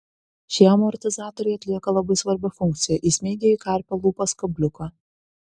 šie amortizatoriai atlieka labai svarbią funkciją įsmeigia į karpio lūpas kabliuką